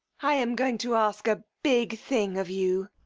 i am going to ask a big thing of you.